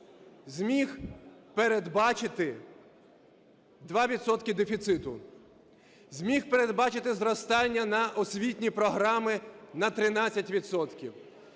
зміг передбачити 2 відсотки дефіциту. Зміг передбачити зростання на освітні програми на 13